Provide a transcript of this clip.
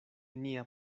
nia